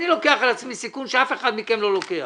אני לוקח על עצמי סיכון שאף אחד מכם לא לוקח,